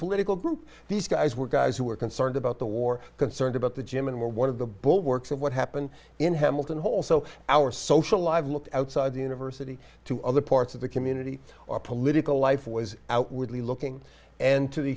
political group these guys were guys who were concerned about the war concerned about the gym and were one of the bulwarks of what happened in hamilton hole so our social lives looked outside the university to other parts of the community or political life was outwardly looking and to the